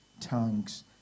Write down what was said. tongues